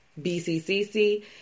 BCCC